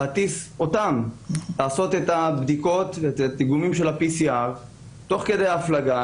להטיס אותן לעשות את הבדיקות והדיגומים של ה-PCR תוך כדי ההפלגה